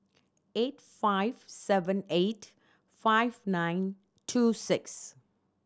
eight five seven eight five nine two six